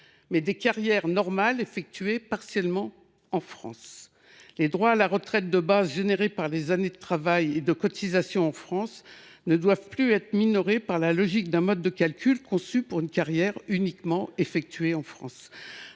mais de carrières classiques accomplies partiellement en France. Les droits à la retraite de base acquis grâce aux années de travail et de cotisation en France ne doivent plus être minorés par la logique d’un mode de calcul conçu pour une carrière uniquement effectuée en France.